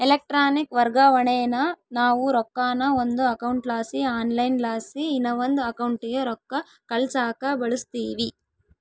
electronic ವರ್ಗಾವಣೇನಾ ನಾವು ರೊಕ್ಕಾನ ಒಂದು ಅಕೌಂಟ್ಲಾಸಿ ಆನ್ಲೈನ್ಲಾಸಿ ಇನವಂದ್ ಅಕೌಂಟಿಗೆ ರೊಕ್ಕ ಕಳ್ಸಾಕ ಬಳುಸ್ತೀವಿ